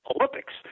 Olympics